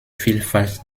vielfalt